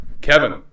Kevin